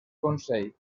consell